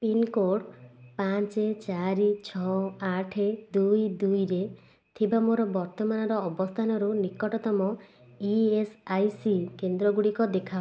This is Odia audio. ପିନ୍କୋଡ଼୍ ପାଞ୍ଚ ଚାରି ଛଅ ଆଠ ଦୁଇ ଦୁଇରେ ଥିବା ମୋର ବର୍ତ୍ତମାନର ଅବସ୍ଥାନରୁ ନିକଟତମ ଇ ଏସ୍ ଆଇ ସି କେନ୍ଦ୍ର ଗୁଡ଼ିକ ଦେଖାଅ